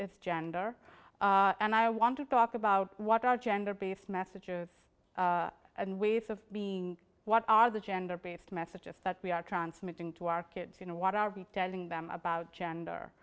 is gender and i want to talk about what are gender based messages and ways of being what are the gender based messages that we are transmitting to our kids you know what are we telling them about gender